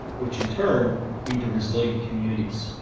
which in turn lead to resilient communities,